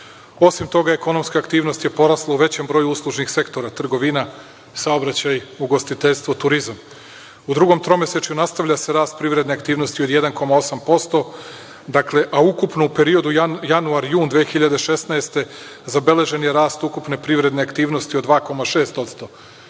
toga, ekonomska aktivnost je porasla u većem broju uslužnih sektora, trgovina, saobraćaj, ugostiteljstvo, turizam. U drugom tromesečju nastavlja se rast privredne aktivnosti od 1,8%, dakle, ukupno u periodu januar-jun 2016. godine, zabeležen je rast ukupne privredne aktivnosti od 2,6%.Želim